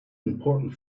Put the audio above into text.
important